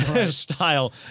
style